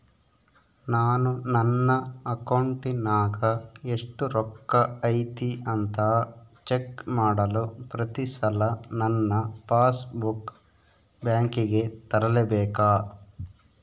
ನಾನು ನನ್ನ ಅಕೌಂಟಿನಾಗ ಎಷ್ಟು ರೊಕ್ಕ ಐತಿ ಅಂತಾ ಚೆಕ್ ಮಾಡಲು ಪ್ರತಿ ಸಲ ನನ್ನ ಪಾಸ್ ಬುಕ್ ಬ್ಯಾಂಕಿಗೆ ತರಲೆಬೇಕಾ?